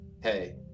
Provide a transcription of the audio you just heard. hey